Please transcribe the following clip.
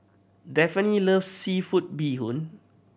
Daphne loves seafood bee hoon